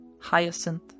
hyacinth